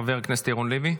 חבר הכנסת ירון לוי.